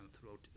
throughout